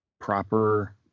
proper